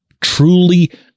truly